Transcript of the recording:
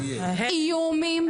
איומים,